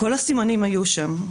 כל הסימנים היו שם,